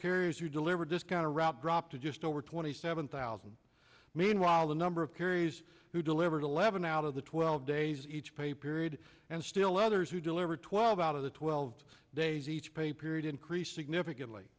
carriers who deliver discount a route dropped to just over twenty seven thousand meanwhile the number of carries who delivered eleven out of the twelve days each pay period and still others who deliver twelve out of the twelve days each pay period increased significantly